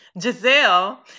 Giselle